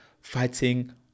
fighting